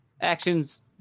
Action's